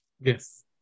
Yes